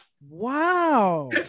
Wow